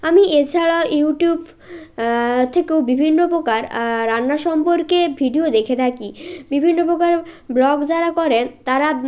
আমি এছাড়া ইউটিউব থেকেও বিভিন্ন প্রকার রান্না সম্পর্কে ভিডিও দেখে থাকি বিভিন্ন প্রকার ব্লগস যারা করেন তারা